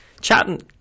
chatting